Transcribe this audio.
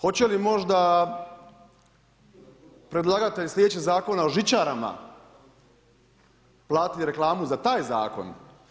Hoće li možda predlagatelj sljedećeg zakona o žičarama platiti reklamu za taj zakon?